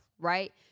Right